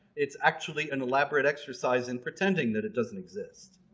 it's actually an elaborate exercise in pretending that it doesn't exist.